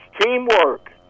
teamwork